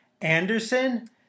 Anderson